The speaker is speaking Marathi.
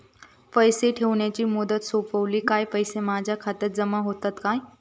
पैसे ठेवल्याची मुदत सोपली काय पैसे माझ्या खात्यात जमा होतात काय?